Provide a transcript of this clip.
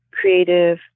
creative